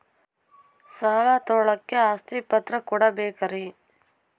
ಸಾಲ ತೋಳಕ್ಕೆ ಆಸ್ತಿ ಪತ್ರ ಕೊಡಬೇಕರಿ?